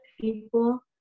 people